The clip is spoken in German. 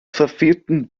verfehlten